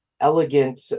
elegant